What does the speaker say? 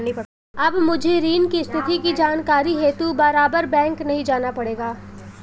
अब मुझे ऋण की स्थिति की जानकारी हेतु बारबार बैंक नहीं जाना पड़ेगा